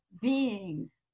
beings